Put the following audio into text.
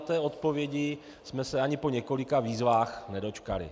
Té odpovědi jsme se ani po několika výzvách nedočkali.